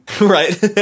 right